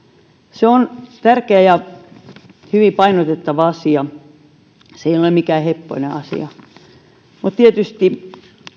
se on tärkeä ja hyvin painotettava asia se ei ole mikään heppoinen asia mutta tietysti